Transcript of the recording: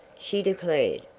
she declared.